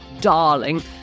darling